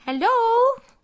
Hello